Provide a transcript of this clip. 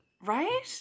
Right